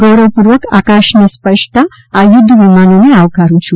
ગૌરવપૂર્વક આકાશને સ્પર્શતા આ યુદ્ધ વિમાનોને આવકરું છું